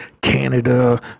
Canada